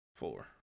Four